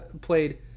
played